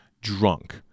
drunk